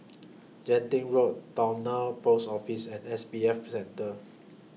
Genting Road Towner Post Office and S B F For Center